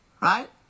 right